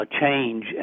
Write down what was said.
change